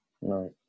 Right